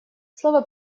слово